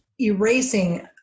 erasing